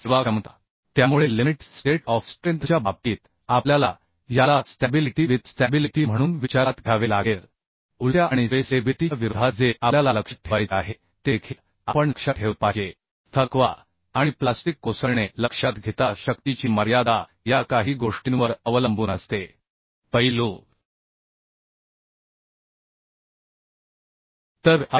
सेवाक्षमता त्यामुळे limits state of स्ट्रेंथच्या बाबतीत आपल्याला याला स्टॅबिलिटी विथ स्टॅबिलिटी म्हणून विचारात घ्यावे लागेल आणि स्वे स्टेबिलिटीच्या विरोधात जे आपल्याला लक्षात ठेवायचे आहे ते देखील आपण लक्षात ठेवले पाहिजे थकवा आणि प्लास्टिक कोसळणे लक्षात घेता शक्तीची मर्यादा या काही गोष्टींवर अवलंबून असते पैलू तर आय